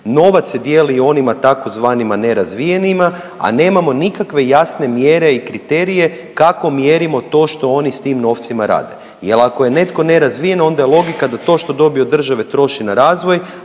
novac se dijeli i onima tzv. nerazvijenima, a nemamo nikakve jasne mjere i kriterije kako mjerimo to što oni sa tim novcima rade. Jer ako je netko nerazvijen, onda je logika da to što dobije od države troši na razvoj,